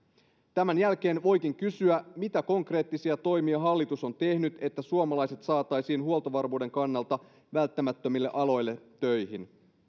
tämän jälkeen voikin kysyä mitä konkreettisia toimia hallitus on tehnyt että suomalaiset saataisiin huoltovarmuuden kannalta välttämättömille aloille töihin